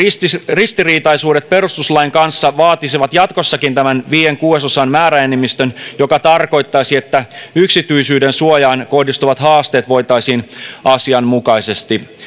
ristiriitaisuudet perustuslain kanssa vaatisivat jatkossakin tämän viiden kuudesosan määräenemmistön mikä tarkoittaisi että yksityisyydensuojaan kohdistuvat haasteet voitaisiin asianmukaisesti